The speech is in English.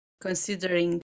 considering